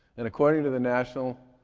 and according to the national